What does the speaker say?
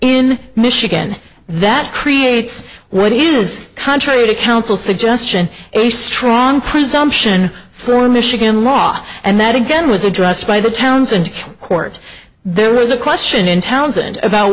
in michigan that creates what is contrary to counsel suggestion a strong presumption for a michigan law and that again was addressed by the townsend court there was a question in townsend about